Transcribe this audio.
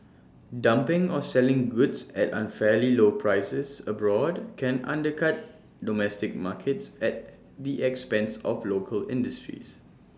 dumping or selling goods at unfairly low prices abroad can undercut domestic markets at the expense of local industries